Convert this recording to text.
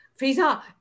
Fiza